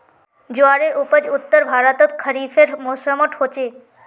ज्वारेर उपज उत्तर भर्तोत खरिफेर मौसमोट होचे